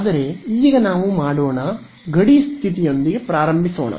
ಆದರೆ ಈಗ ನಾವು ಮಾಡೋಣ ಗಡಿ ಸ್ಥಿತಿಯೊಂದಿಗೆ ಪ್ರಾರಂಭಿಸೋಣ